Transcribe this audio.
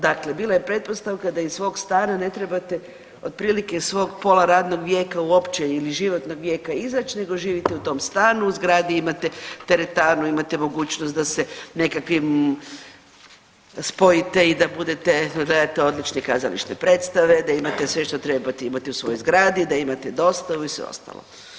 Dakle, bila je pretpostavka da iz svog stana ne trebate otprilike svog pola radnog vijeka uopće ili životnog vijeka izać nego živite u tom stanu, u zgradi imate teretanu, imate mogućnost da se nekakvim spojite i da budete da gledate odlične kazališne predstave, da imate sve što trebate imati u svojoj zgradi, da imate dostavu i sve ostalo.